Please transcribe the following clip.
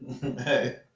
Hey